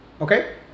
Okay